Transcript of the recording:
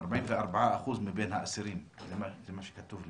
44% מבין האסירים, זה מה שכתוב לי.